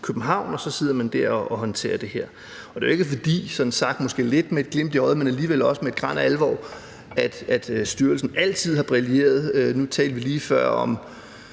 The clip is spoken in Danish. København, og så sidder man dér og håndterer det her. Og det er jo ikke – sådan sagt måske lidt med et glimt i øjet, men alligevel også med et gran af alvor – fordi styrelsen altid har brilleret. Nu talte vi lige før om